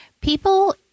People